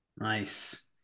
Nice